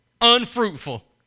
unfruitful